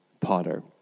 potter